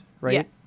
right